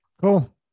cool